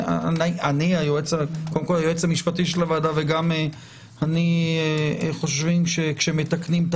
היועץ המשפטי של הוועדה ואני חושבים שכשמתקנים את